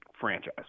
franchise